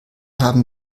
haben